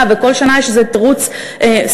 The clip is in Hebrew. וכל שנה יש איזה תירוץ ספציפי,